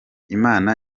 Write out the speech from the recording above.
imana